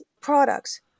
products